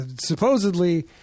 Supposedly